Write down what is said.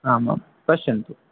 आमां पश्यन्तु